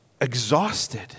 exhausted